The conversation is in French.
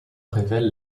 révèle